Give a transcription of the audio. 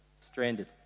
stranded